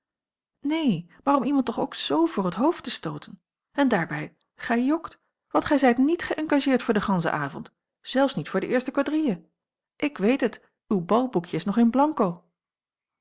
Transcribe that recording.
neen maar om iemand toch ook zoo voor t hoofd te stooten en daarbij gij jokt want gij zijt niet geëngageerd voor den ganschen avond zelfs niet voor de eerste quadrille ik weet het uw balboekje is nog in blanco